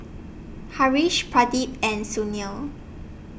Haresh Pradip and Sunil